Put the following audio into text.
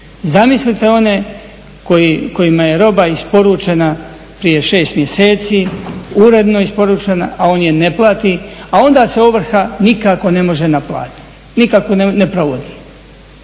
Zamislite one kojima je roba isporučena prije 6 mjeseci, uredno isporučena, a on je ne plati, a onda se ovrha nikako ne može naplatiti, nikako ne provodi